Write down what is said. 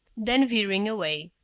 then veering away.